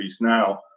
now